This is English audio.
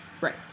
Right